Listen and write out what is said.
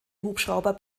hubschrauber